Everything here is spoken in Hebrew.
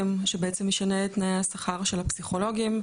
שבעצם ישנה את תנאי השכר של הפסיכולוגים.